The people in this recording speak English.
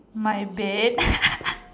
my bed